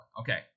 Okay